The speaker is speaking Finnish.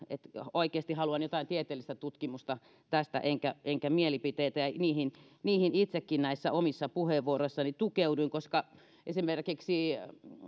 oikeasti haluan jotain tieteellistä tutkimusta tästä enkä enkä mielipiteitä ja niihin niihin itsekin näissä omissa puheenvuoroissani tukeuduin koska esimerkiksi